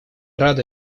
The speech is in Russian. рады